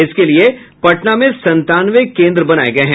इसके लिये पटना में संतानवे केंद्र बनाये गये हैं